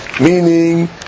meaning